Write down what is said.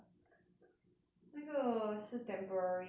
那个是 temporary 的 okay 我没有